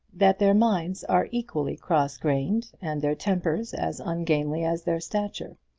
that their minds are equally cross-grained and their tempers as ungainly as their stature.